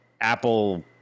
Apple